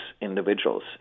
individuals